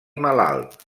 malalt